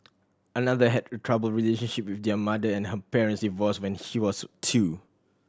another had a troubled relationship with their mother and her parents divorced when she was two